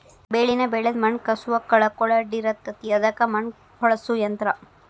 ಬೆಳಿನ ಬೆಳದ ಮಣ್ಣ ಕಸುವ ಕಳಕೊಳಡಿರತತಿ ಅದಕ್ಕ ಮಣ್ಣ ಹೊಳ್ಳಸು ಯಂತ್ರ